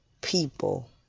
people